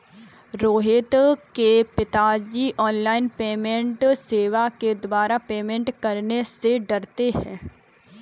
रोहित के पिताजी online payment सेवा के द्वारा पेमेंट करने से डरते हैं